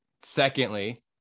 Secondly